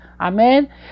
Amen